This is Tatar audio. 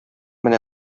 менә